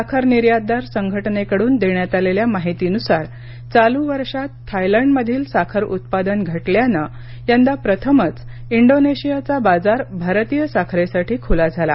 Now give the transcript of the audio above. साखर निर्यातदार संघटनेकडून देण्यात आलेल्या माहितीनुसार चालू वर्षात थायलंड मधील साखर उत्पादन घटल्याने यंदा प्रथमच इंडोनेशियाचा बाजार भारतीय साखरेसाठी खुला झाला